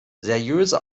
seriöse